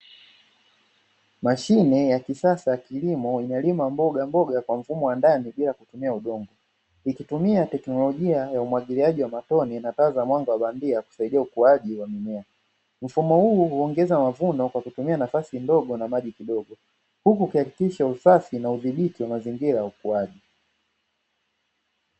Mashine ya kisasa kilimo inalima mboga mboga kwa mfumo wa ndani bila kutumia udongo ikitumia teknolojia ya umwagiliaji wa matone inakaza mwanga wa bandia kusaidia ukuaji, mfumo huu huongeza mavuno kwa kutumia nafasi ndogo na maji kidogo huku ukihakikisha usafi na udhibiti wa mazingira ukuaji.